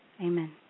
Amen